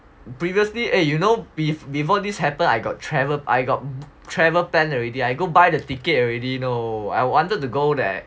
previously eh you know before this happened I got travel I got travel plan already I go buy the ticket already you know I wanted to go that